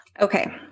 Okay